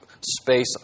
space